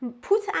put